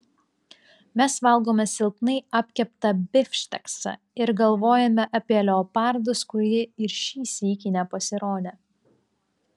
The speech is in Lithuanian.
mes valgome silpnai apkeptą bifšteksą ir galvojame apie leopardus kurie ir šį sykį nepasirodė